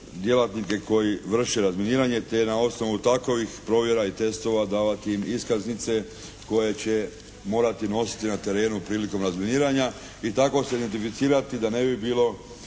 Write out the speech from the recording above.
djelatnike koji vrše razminiranje te na osnovu takvih provjera i testova davati im iskaznice koje će morati nositi na terenu prilikom razminiranja i tako se identificirati da ne bi bilo